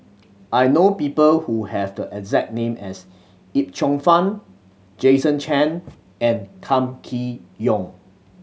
I know people who have the exact name as Yip Cheong Fun Jason Chan and Kam Kee Yong